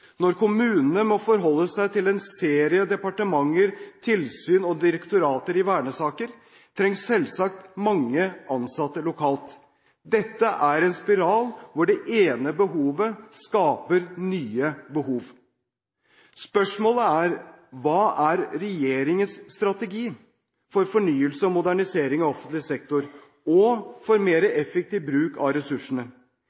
Når kommunene må forholde seg til en serie departementer, tilsyn og direktorater i vernesaker, trengs selvsagt mange ansatte lokalt. Dette er en spiral hvor det ene behovet skaper nye behov. Spørsmålet er: Hva er regjeringens strategi for fornyelse og modernisering av offentlig sektor og for